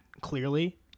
clearly